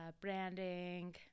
branding